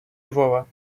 львова